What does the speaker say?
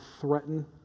threaten